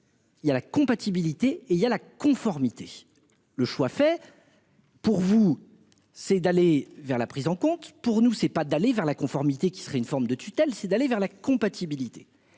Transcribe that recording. Il y a la compatibilité et il y a la conformité. Le choix fait. Pour vous c'est d'aller vers la prise en compte pour nous, c'est pas d'aller vers la conformité qui serait une forme de tutelle c'est d'aller vers la compatibilité